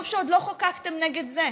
טוב שעוד לא חוקקתם נגד זה.